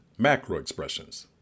macroexpressions